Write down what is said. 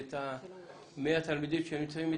מי התלמידים שנמצאים איתנו?